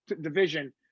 division